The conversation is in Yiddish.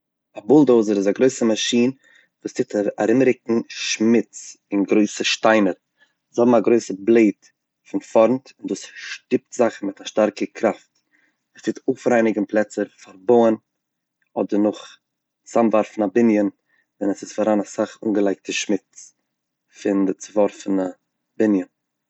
א בולדאוזער איז א גרויסער מאשין וואס טוט ארומרוקן שמוץ און גרויסע שטיינער זיי האבן א גרויסע בלעיד פון פארנט וואס שטופט זאכן מיט א שטארקע קראפט עס טוט אויפרייניגן פלעצער פון בויען אדער נאך צאמווארפן א בנין ווען עס איז פארהאן אסאך אנגעלייגטע שמוץ פון די צוווארפענע בנין.